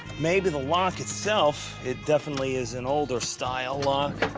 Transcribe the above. maybe the lock itself it definitely is an older-style lock.